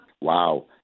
Wow